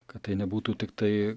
kad tai nebūtų tiktai